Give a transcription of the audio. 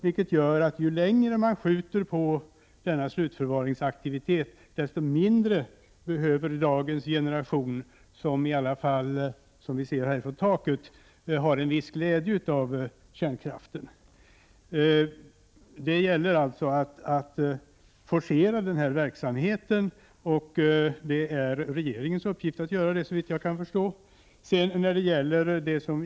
Detta gör att ju ET längre man skjuter på slutförvaringsproblemet, desto mindre ansvar behöver sketen if Nantn , Sö HE pi slutlig förvaring av utdagens generation ta, som ju i alla fall har en viss glädje av kärnkraften. Det bräns kärkhrände gäller alltså att forcera verksamheten. Det är regeringens uppgift att göra detta, såvitt jag kan förstå.